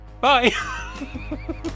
Bye